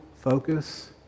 focus